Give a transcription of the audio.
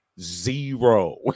zero